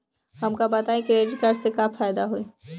हमका बताई credit card से का फायदा होई?